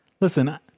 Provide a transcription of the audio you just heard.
listen